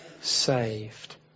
saved